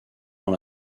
dans